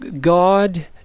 God